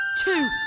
Two